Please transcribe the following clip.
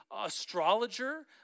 astrologer